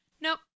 Nope